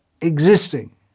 existing